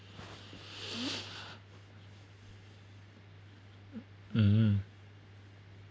um